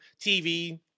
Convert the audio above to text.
TV